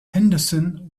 henderson